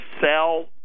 sell